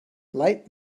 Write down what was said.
light